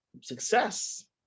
success